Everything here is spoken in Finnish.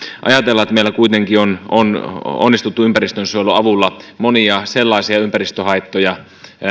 että meillä kuitenkin on on onnistuttu ympäristönsuojelun avulla monia sellaisia ympäristöhaittoja